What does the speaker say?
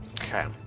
Okay